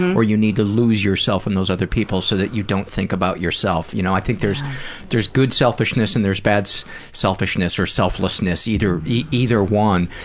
or you need to lose yourself in those other people so you don't think about yourself, you know. i think there's there's good selfishness and there's bad so selfishness, or selflessness. either either one,